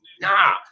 Nah